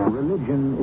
religion